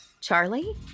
Charlie